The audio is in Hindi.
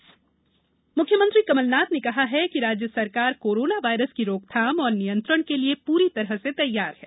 कोरोना मुख्यमंत्री कमलनाथ ने कहा है कि राज्य सरकार कोरोना वायरस की रोकथाम और नियंत्रण के लिए पूर्णतः तैयार है